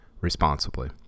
responsibly